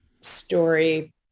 story